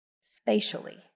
spatially